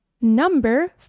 number